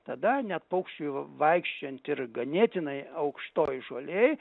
tada net paukščiui vaikščiojant ir ganėtinai aukštoj žolėj